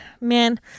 man